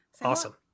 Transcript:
Awesome